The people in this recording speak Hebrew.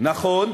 נכון,